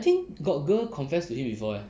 I think got girl confessed to him before eh